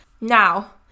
Now